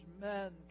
men